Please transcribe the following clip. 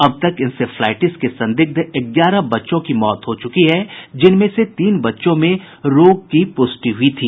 अब तक इंसेफ्लाईटिस के संदिग्ध ग्यारह बच्चों की मौत हो चुकी है जिनमें से तीन बच्चों में रोग की पुष्टि हुई थी